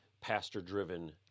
pastor-driven